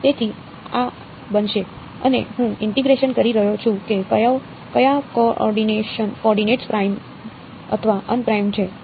તેથી આ બનશે અને હું ઇન્ટીગ્રેશન કરી રહ્યો છું કે કયા કો ઓર્ડિનેટસ પ્રાઈમડ અથવા અનપ્રાઇમ છે